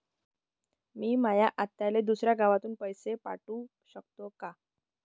मी माया आत्याले दुसऱ्या गावातून पैसे पाठू शकतो का?